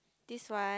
this one